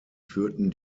führten